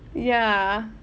ya